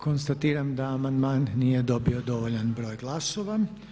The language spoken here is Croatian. Konstatiram da amandman nije dobio dovoljan broj glasova.